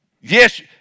Yes